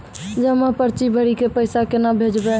जमा पर्ची भरी के पैसा केना भेजबे?